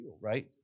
right